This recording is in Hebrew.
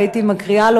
והייתי מקריאה לו,